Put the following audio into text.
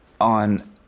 on